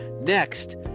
next